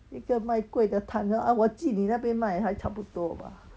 一个卖 kueh 的摊 oh 我去那边卖才差不多吧